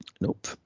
nope